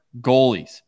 goalies